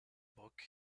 book